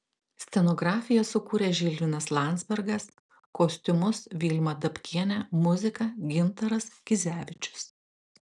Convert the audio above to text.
scenografiją sukūrė žilvinas landzbergas kostiumus vilma dabkienė muziką gintaras kizevičius